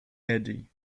eddy